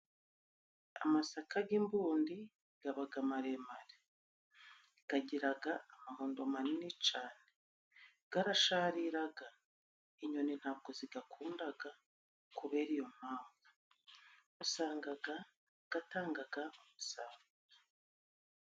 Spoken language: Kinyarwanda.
Amasaka g'imbundi gabaga maremare, gagiraga amahundo manini cane, garashariraga, inyoni ntabwo zigakundaga kubera iyo mpamvu usangaga gatangaga umusaro.